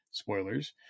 spoilers